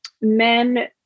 men